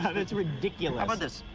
yeah that's ridiculous.